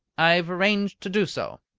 i have arranged to do so,